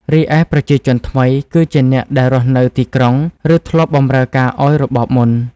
រីឯប្រជាជនថ្មី គឺជាអ្នកដែលរស់នៅទីក្រុង ឬធ្លាប់បម្រើការឱ្យរបបមុន។